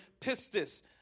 pistis